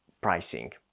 pricing